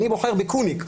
אני בוחר בקוניק.